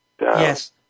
Yes